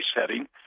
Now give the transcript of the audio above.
setting